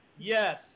yes